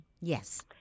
Yes